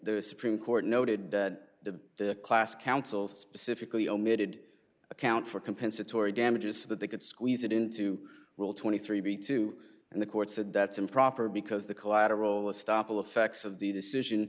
the supreme court noted that the class counsel specifically omitted account for compensatory damages that they could squeeze it into rule twenty three b two and the court said that's improper because the collateral estoppel effects of the decision